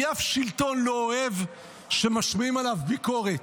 כי אף שלטון לא אוהב שמשמיעים עליו ביקורת,